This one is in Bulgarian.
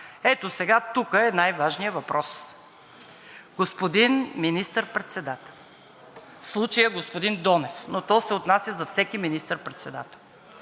Ето, сега тук е най-важният въпрос. Господин Министър-председател, в случая господин Донев, но то се отнася за всеки министър-председател,